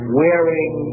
wearing